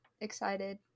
excited